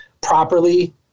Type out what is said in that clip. properly